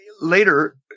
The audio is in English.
later